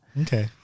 Okay